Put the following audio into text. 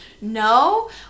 No